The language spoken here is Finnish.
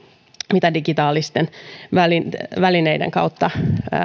mitä digitaalisten välineiden välineiden kautta